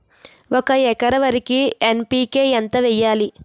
ఒక ఎకర వరికి ఎన్.పి.కే ఎంత వేయాలి?